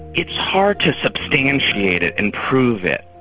it's hard to substantiate it and prove it,